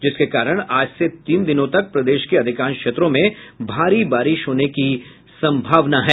जिसके कारण आज से तीन दिनों तक प्रदेश के अधिकांश क्षेत्रों में भारी बारिश होने की संभावना है